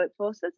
workforces